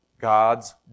God's